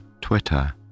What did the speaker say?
Twitter